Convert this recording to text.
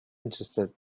interested